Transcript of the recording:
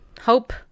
hope